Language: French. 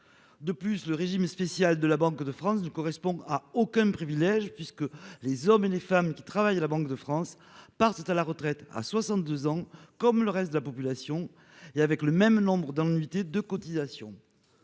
De plus, le régime spécial de la Banque de France ne correspond à aucun privilège, puisque les hommes et les femmes qui travaillent à la Banque de France partent à la retraite à 62 ans, comme le reste de la population et avec le même nombre d'annuités de cotisation.